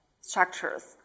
structures